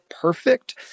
perfect